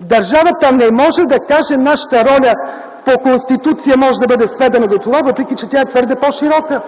Държавата не може да каже – нашата роля по Конституция може да бъде сведена до това, въпреки че тя е твърде по-широка.